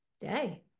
day